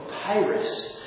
papyrus